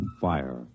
fire